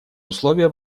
условия